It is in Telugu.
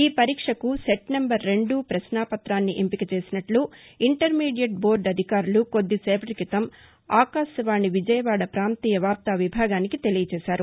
ఈ పరీక్షకు సెట్ నెంబర్ రెండు పశ్నాపతాన్ని ఎంపిక చేసినట్ల ఇంటర్ మీడియెట్ బోర్డు అధికారులు కొద్దిసేపటి క్రితం ఆకాశవాణి విజయవాడ పాంతీయ వార్తా విభాగానికి తెలియజేశారు